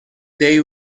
they